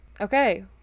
Okay